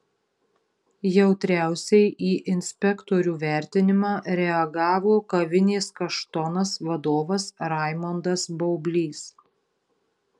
jautriausiai į inspektorių vertinimą reagavo kavinės kaštonas vadovas raimondas baublys